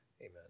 Amen